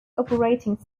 operating